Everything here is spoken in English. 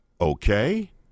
okay